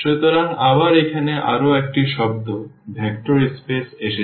সুতরাং আবার এখানে আরও একটি শব্দ ভেক্টর স্পেস এসেছে